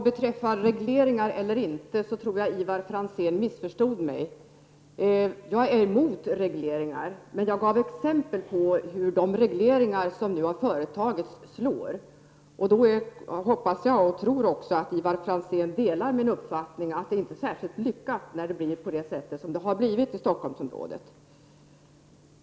Herr talman! Jag tror att Ivar Franzén missförstod mig när det gäller regleringar. Jag är emot regleringar, och jag gav exempel på hur de regleringar som har företagits slår. Jag tror att Ivar Franzén delar min uppfattning att det inte är särskilt lyckat när det blir så som det har blivit i Stockholmsområdet.